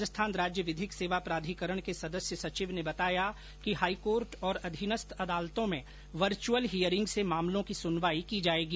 राजस्थान राज्य विधिक सेवा प्राधिकरण के सदस्य सचिव ने बताया कि हाईकोर्ट और अधीनस्थ अदालतों में वर्चअल हियरिंग से मामलों की सुनवाई की जायेगी